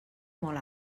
molt